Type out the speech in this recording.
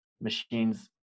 machines